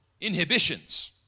inhibitions